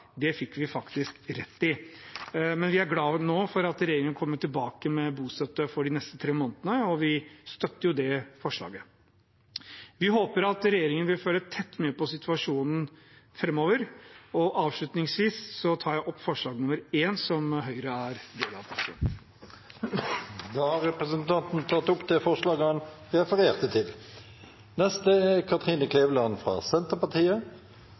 Det fikk vi faktisk rett i. Men vi er glade nå for at regjeringen kommer tilbake med bostøtte for de neste tre månedene, og vi støtter det forslaget. Vi håper at regjeringen vil følge tett med på situasjonen framover. Avslutningsvis tar jeg opp forslag nr. 1, som Høyre er en del av. Representanten Mudassar Kapur har tatt opp det forslaget han refererte til.